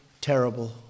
terrible